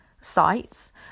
sites